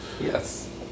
Yes